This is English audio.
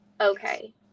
okay